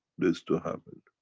this to happen.